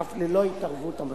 אף ללא התערבות המחוקק.